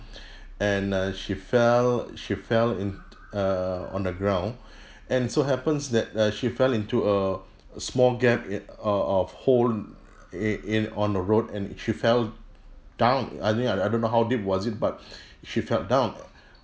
and uh she fell she fell in err on the ground and so happens that uh she fell into a a small gap in uh of hole in in on the road and she fell down I think I I don't know how deep was it but she fell down